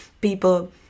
People